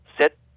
sit